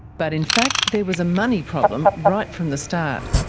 but in fact there was a money problem right from the start.